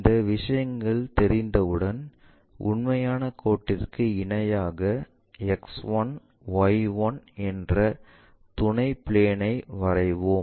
இந்த விஷயங்கள் தெரிந்தவுடன் உண்மையான கோட்டுக்கு இணையாக X 1 Y 1 என்ற துணை பிளேன் ஐ வரைவோம்